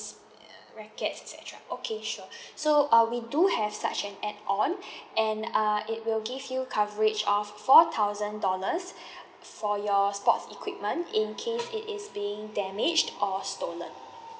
racket et cetera okay sure so uh we do have such an add on and uh it will give you coverage of four thousand dollars for your sports equipment in case it is being damaged or stolen